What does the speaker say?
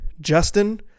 Justin